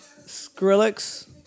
Skrillex